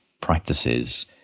practices